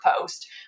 post